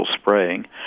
spraying